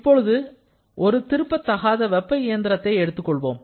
இப்பொழுது ஒரு திருப்பத்தகாத வெப்ப இயந்திரத்தை எடுத்துக்கொள்வோம்